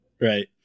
Right